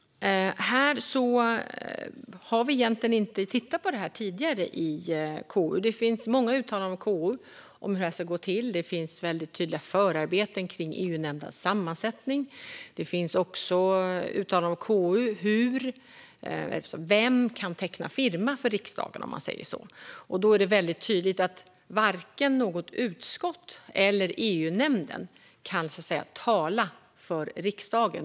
Vi har egentligen inte tittat på detta tidigare i KU. Det finns många uttalanden från KU om hur det här ska gå till. Det finns väldigt tydliga förarbeten kring EU-nämndens sammansättning. Det finns också uttalanden från KU om vem som kan teckna firma för riksdagen, om man säger så. Då är det väldigt tydligt att varken något utskott eller EU-nämnden kan tala för riksdagen, så att säga.